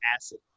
acid